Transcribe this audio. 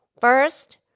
First